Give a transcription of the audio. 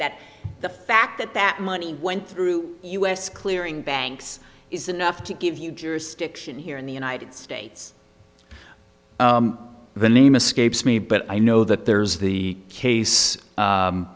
that the fact that that money went through us clearing banks is enough to give you jurisdiction here in the united states the name escapes me but i know that there's the case